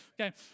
Okay